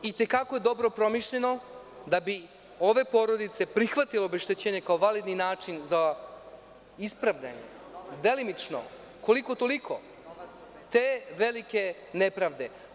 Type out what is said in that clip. I te kako je dobro promišljeno da bi ove porodice prihvatile obeštećenje kao validni način za ispravljanje, delimično, koliko-toliko, te velike nepravde.